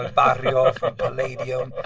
um ah ah from palladium.